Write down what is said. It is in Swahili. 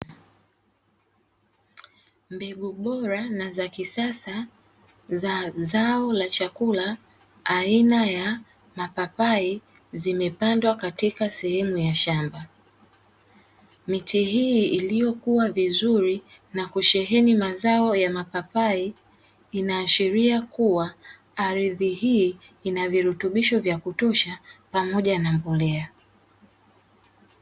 Mbegu bora na za kisasa za zao la chakula aina ya mapapai zimepandwa katika sehemu ya shamba miti hii iliyokuwa vizuri na kusheheni mazao ya mapapai inaashiria kuwa ardhi hii ina virutubisho vya kutosha pamoja na mbolea.